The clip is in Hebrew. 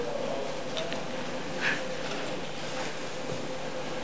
סעיפים 1 11 נתקבלו.